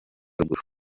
ruguru